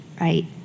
Right